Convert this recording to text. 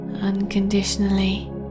unconditionally